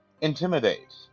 Intimidate